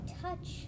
touch